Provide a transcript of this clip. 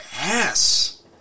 ass